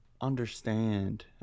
understand